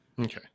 Okay